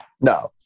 No